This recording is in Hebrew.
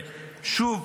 שוב,